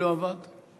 ההצעה להעביר את הצעת חוק